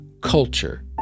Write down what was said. culture